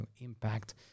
impact